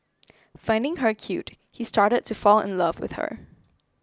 finding her cute he started to fall in love with her